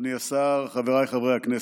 אדוני השר, חבריי חברי הכנסת,